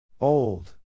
Old